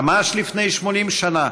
ממש לפני 80 שנים,